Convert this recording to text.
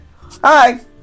Hi